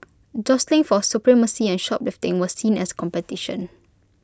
jostling for supremacy and shoplifting was seen as competition